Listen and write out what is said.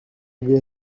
des